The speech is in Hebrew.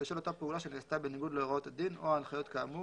בשל אותה פעולה שנעשתה בניגוד להוראות הדין או ההנחיות כאמור,